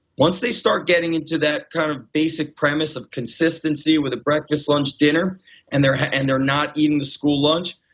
once they start getting into that kind of basic premise of consistency with a breakfast, lunch, dinner and they're and they're not eating the school lunch,